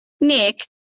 Nick